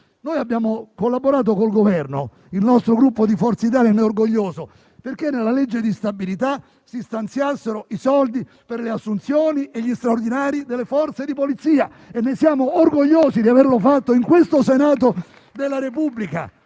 Abbiamo collaborato con il Governo - il nostro Gruppo Forza Italia ne è orgoglioso - perché nella legge di bilancio si stanziassero risorse per le assunzioni e gli straordinari delle Forze di polizia. Ripeto, siamo orgogliosi di averlo fatto in questo Senato della Repubblica,